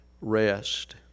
rest